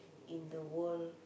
in the world